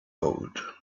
gold